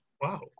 Wow